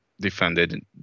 defended